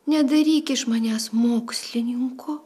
nedaryk iš manęs mokslininko